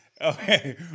okay